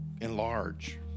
enlarge